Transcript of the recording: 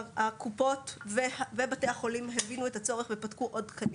הקופות ובתי החולים הבינו את הצורך ופתחו עוד תקנים.